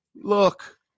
Look